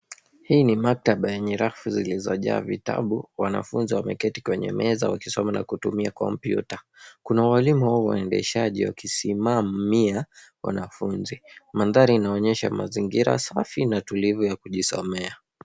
Hii ni maktaba yenye rafu zilizojaa vitabu, wanafunzi wameketi kwenye meza wakisoma na kutumia kompyuta. Kuna walimu au waendeshaji wakisimamia wanafunzi. Mandhari inaonyesha mazingira safi na tulivu ya kujisomea.